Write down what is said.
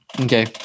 okay